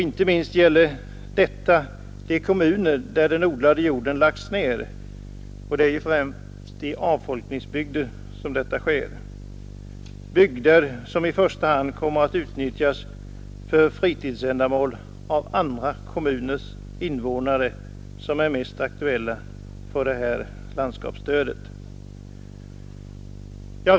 Inte minst gäller detta de kommuner där den odlade jorden lagts ner. Det är ju främst i avfolkningsbygder detta sker, bygder som i första hand kommer att utnyttjas för fritidsändamål av andra kommuners invånare, men de vore mest aktuella för det här landskapsstödet.